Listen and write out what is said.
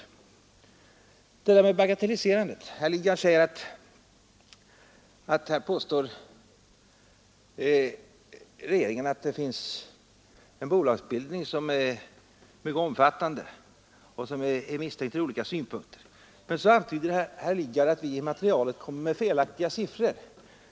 Herr Lidgard säger att regeringen påstår att det finns en bolagsbildning, som är mycket omfattande och som är misstänkt från olika synpunkter. Men så framhåller herr Lidgard att vi i materialet kommer med felaktiga siffror.